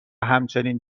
همچنین